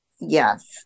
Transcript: yes